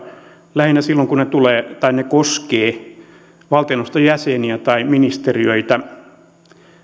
lähinnä silloin kun ne koskevat valtioneuvoston jäseniä tai ministeriöitä